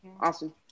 Awesome